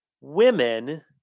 women